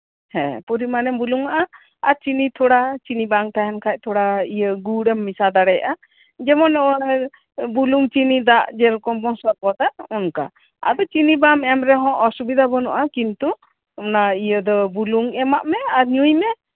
ᱦᱮᱸ ᱟᱨᱮᱢ ᱵᱩᱞᱩᱝ ᱟᱜᱼᱟ ᱟᱨ ᱪᱤᱱᱤ ᱛᱷᱚᱲᱟ ᱪᱤᱱᱤ ᱵᱟᱝ ᱛᱟᱸᱦᱮᱱ ᱠᱷᱟᱱ ᱤᱭᱟᱹ ᱛᱷᱚᱲᱟ ᱜᱩᱲ ᱮᱢ ᱢᱮᱥᱟ ᱫᱟᱲᱮᱭᱟᱜᱼᱟ ᱡᱮᱢᱚᱱ ᱵᱩᱞᱩᱝ ᱪᱤᱱᱤ ᱫᱟᱜ ᱡᱮᱨᱚᱠᱚᱢ ᱵᱚᱱ ᱥᱚᱨᱵᱚᱛᱟ ᱚᱱᱠᱟ ᱟᱨ ᱪᱤᱱᱤ ᱵᱟᱢ ᱮᱢ ᱨᱮᱦᱚᱸ ᱚᱥᱩᱵᱤᱫᱷᱟ ᱵᱟᱹᱱᱩᱜᱼᱟ ᱠᱤᱱᱛᱩ ᱚᱱᱟ ᱵᱩᱞᱩᱝ ᱮᱢ ᱫᱚ ᱮᱢᱟᱜ ᱢᱮ ᱟᱨ ᱧᱩᱭ ᱢᱮ